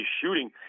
shooting